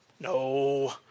No